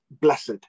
blessed